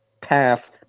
path